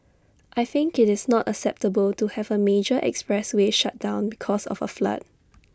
I think IT is not acceptable to have A major expressway shut down because of A flood